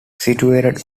situated